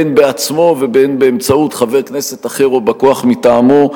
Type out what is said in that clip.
בין בעצמו ובין באמצעות חבר כנסת אחר או בא כוח מטעמו,